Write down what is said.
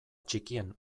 txikien